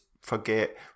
forget